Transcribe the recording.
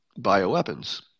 bioweapons